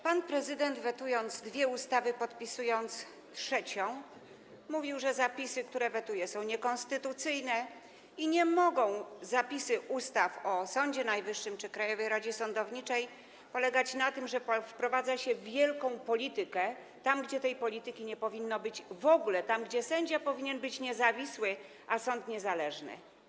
Pan prezydent, wetując dwie ustawy, podpisując trzecią, mówił, że zapisy, które wetuje, są niekonstytucyjne, że zapisy ustaw o Sądzie Najwyższym czy Krajowej Radzie Sądownictwa nie mogą polegać na tym, że wprowadza się wielką politykę, gdzie tej polityki nie powinno być w ogóle, gdzie sędzia powinien być niezawisły, a sąd - niezależny.